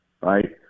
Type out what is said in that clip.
right